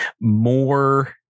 more